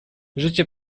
zycie